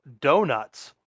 donuts